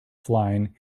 flying